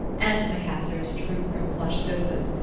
antimacassars droop from plush sofas,